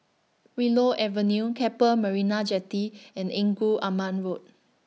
Willow Avenue Keppel Marina Jetty and Engku Aman Road